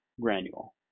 granule